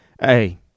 Hey